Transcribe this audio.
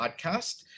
podcast